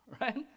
right